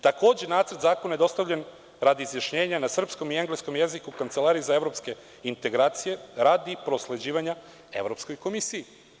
Takođe, nacrt zakona je dostavljen radi izjašnjenja na srpskom i engleskom jeziku Kancelariji za evropske integracije radi prosleđivanja Evropskoj komisiji.